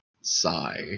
sigh